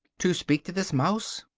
to speak to this mouse?